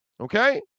Okay